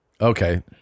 Okay